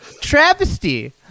travesty